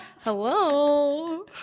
Hello